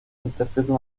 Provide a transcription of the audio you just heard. interpreta